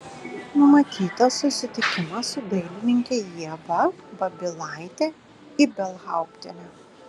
numatytas susitikimas su dailininke ieva babilaite ibelhauptiene